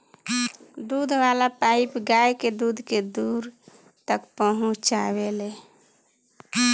दूध वाला पाइप गाय के दूध के दूर तक पहुचावेला